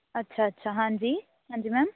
ਅੱਛਾ ਅੱਛਾ ਹਾਂਜੀ ਹਾਂਜੀ ਮੈਮ